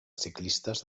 ciclistes